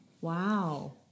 Wow